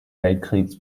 weltkriegs